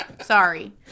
Sorry